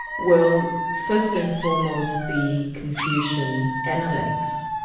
well first and foremost the confucian analects.